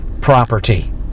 property